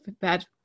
bad